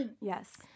Yes